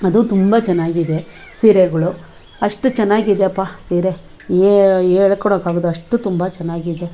ಅದು ತುಂಬ ಚನ್ನಾಗಿದೆ ಸೀರೆಗಳು ಅಷ್ಟು ಚೆನ್ನಾಗಿದೆಯಪ್ಪಾ ಸೀರೆ ಹೇಳ್ಕೊಳ್ಳಕ್ಕಾಗದು ಅಷ್ಟು ತುಂಬ ಚೆನ್ನಾಗಿದೆ